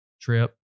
trip